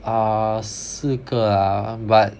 ah 四个 ah but